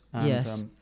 yes